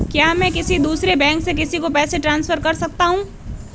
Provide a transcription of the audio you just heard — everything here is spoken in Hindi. क्या मैं किसी दूसरे बैंक से किसी को पैसे ट्रांसफर कर सकता हूं?